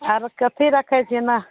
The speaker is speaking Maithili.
आरो कथि रखै छी ना